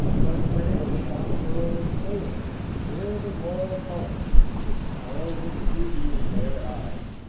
but when any shopgirl or sailor can wear the royal color it spoils its beauty in their eyes.